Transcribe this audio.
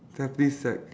tampines sec